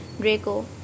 Draco